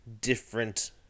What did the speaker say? different